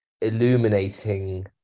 illuminating